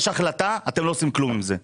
יש החלטה אבל אתם לא עושים עם זה כלום.